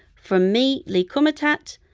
from me, lee kumutat,